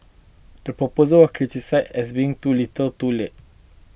the proposal was criticised as being too little too late